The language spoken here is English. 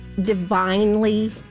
divinely